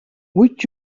would